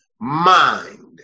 mind